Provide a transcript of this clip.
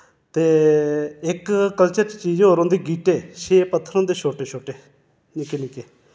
ते इक कल्चर च चीज होर होंदी गीह्टे छे पत्थर होंदे छोटे छोटे निक्के निक्के